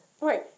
Right